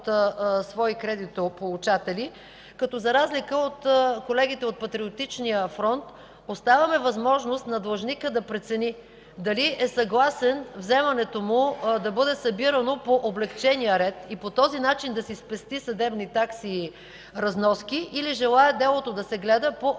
като за разлика от колегите от Патриотичния фронт, оставяме възможност на длъжника да прецени дали е съгласен вземането му да бъде събирано по облекчения ред и по този начин да си спести съдебни такси и разноски, или желае делото да се гледа по общия исков